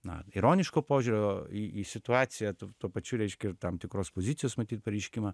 na ironiško požiūrio į į situaciją tų tuo pačiu reiškia ir tam tikros pozicijos matyt pareiškimą